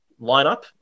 lineup